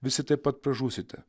visi taip pat pražūsite